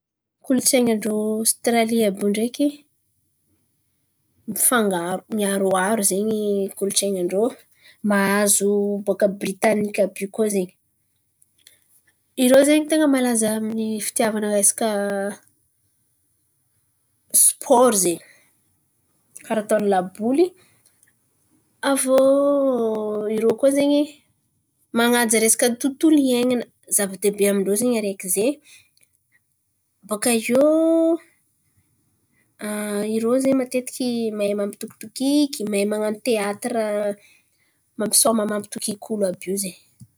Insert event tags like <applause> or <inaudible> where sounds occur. Kolontsain̈in-drô Ôstraly àby io ndreky, mifangaro miaroaro zen̈y kolontsain̈in-drô. Mahazo boàka a Britaniky àby io koa zen̈y. Irô zen̈y ten̈a malaza amin'ny fitiavan̈a resaka sipôro zen̈y karà ataony laboly. Aviô irô koa zen̈y man̈aja resaka tont'olo iain̈ana zava-dehibe amin-drô zen̈y araiky zen̈y. Bôka iô <hesitation> irô zen̈y matetiky mahay mampitokitokiky, mahay man̈ano teatira mampisôma mampitokiky olo àby io zen̈y.